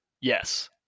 Yes